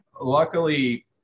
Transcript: Luckily